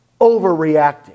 overreacting